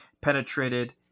penetrated